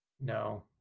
No